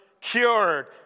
cured